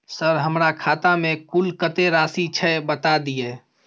Sir हमरा खाता में कुल कत्ते राशि छै बता दिय?